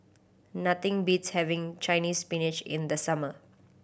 nothing beats having Chinese Spinach in the summer